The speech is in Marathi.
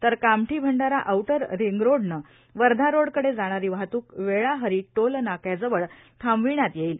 तर कामठी भंडारा आऊटर रिंगरोडनं वर्धा रोडकडं जाणारी वाहतूक वेळाहरी टोल नाक्याजवळ थांबविण्यात येईल